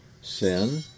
sin